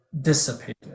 dissipated